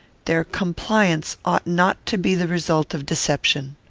their compliance ought not to be the result of deception.